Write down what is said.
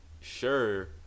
sure